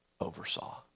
oversaw